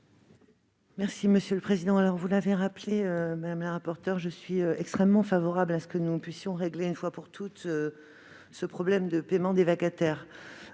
l'avis du Gouvernement ? Comme vous l'avez rappelé, madame la rapporteure, je suis extrêmement favorable à ce que nous puissions régler, une fois pour toutes, le problème du paiement des vacataires.